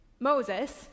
Moses